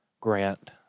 grant